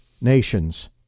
nations